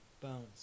Bones